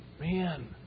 Man